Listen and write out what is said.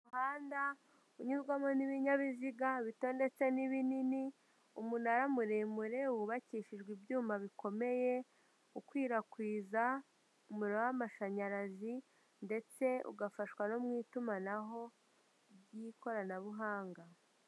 Umuhanda unyurwamo n'ibinyabiziga bito ndetse n'ibinini, umunara muremure wubakishijwe ibyuma bikomeye, ukwirakwiza umuriro w'amashanyarazi ndetse ugafashwa no mu itumanaho ry'ikoranabuhanga.